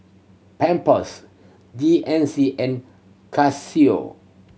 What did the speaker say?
Pampers G N C and Casio